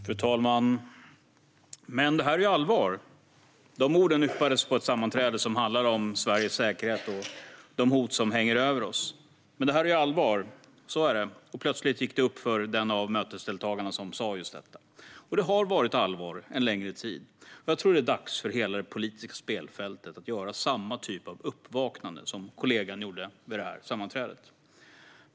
Fru talman! Men det här är ju allvar - de orden yppades på ett sammanträde som handlade om Sveriges säkerhet och de hot som hänger över oss. Så är det. Det gick plötsligt upp för den mötesdeltagare som sa just detta. Det har varit allvar under en längre tid. Jag tror att det är dags för hela det politiska spelfältet att göra samma typ av uppvaknande som kollegan gjorde vid detta sammanträde.